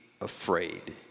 afraid